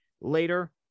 later